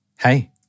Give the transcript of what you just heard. Hey